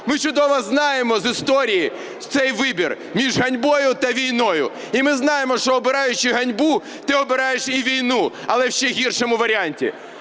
Ми чудово знаємо з історії, цей вибір між ганьбою та війною. І ми знаємо, що обираючи ганьбу, ти обираєш і війну, але ще в гіршому варіанті.